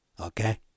okay